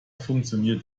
funktioniert